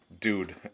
Dude